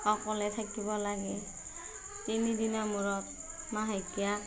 অকলে থাকিব লাগে তিনি দিনাৰ মূৰত মাহেকীয়া